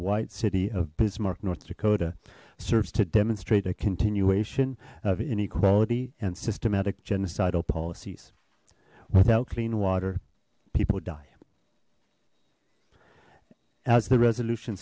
white city of bismarck north dakota serves to demonstrate a continuation of inequality and systematic genocide all policies without clean water people die as the resolution